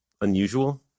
unusual